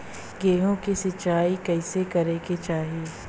गेहूँ के सिंचाई कइसे करे के चाही?